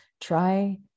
try